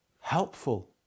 helpful